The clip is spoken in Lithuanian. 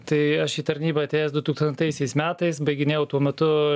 tai aš į tarnybą atėjęs du tūkstantaisiais metais baiginėjau tuo metu